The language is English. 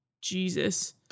Jesus